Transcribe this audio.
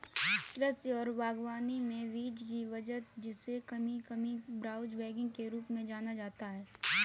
कृषि और बागवानी में बीज की बचत जिसे कभी कभी ब्राउन बैगिंग के रूप में जाना जाता है